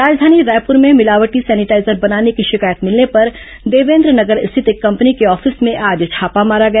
राजधानी रायपुर में मिलावटी सेनिटाईजर बनाने की शिकायत मिलने पर देवेन्द्र नगर स्थित एक कंपनी के ऑफिस में आज छापा मारा गया